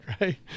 Right